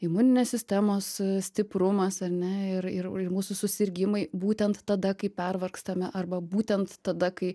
imuninės sistemos stiprumas ar ne ir ir ir mūsų susirgimai būtent tada kai pervargstame arba būtent tada kai